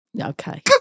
Okay